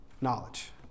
Knowledge